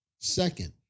Second